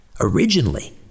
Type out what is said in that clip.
Originally